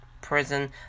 prison